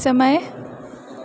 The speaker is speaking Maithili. समय